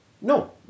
No